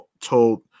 told